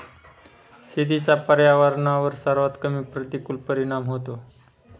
शेतीचा पर्यावरणावर सर्वात कमी प्रतिकूल परिणाम होतो